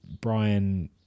Brian